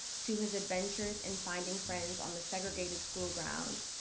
to his adventures in finding friends on the segregated school grounds,